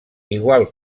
igual